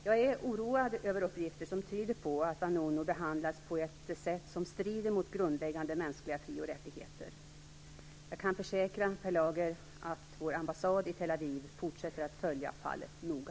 Jag är oroad över uppgifter som tyder på att Vanunu behandlas på ett sätt som strider mot grundläggande mänskliga fri och rättigheter. Jag kan försäkra Per Lager att vår ambassad i Tel Aviv fortsätter att följa fallet noga.